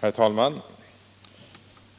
Herr talman!